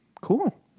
Cool